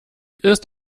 ist